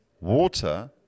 water